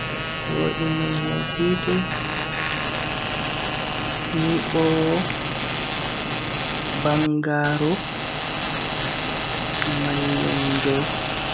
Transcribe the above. Voinuwo hite, nyibowo, bangaaro, mallumjo